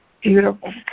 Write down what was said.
Beautiful